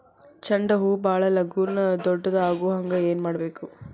ಚಂಡ ಹೂ ಭಾಳ ಲಗೂನ ದೊಡ್ಡದು ಆಗುಹಂಗ್ ಏನ್ ಮಾಡ್ಬೇಕು?